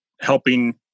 helping